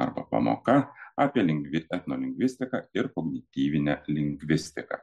arba pamoka apie lingvi etnolingvistiką ir kognityvinę lingvistiką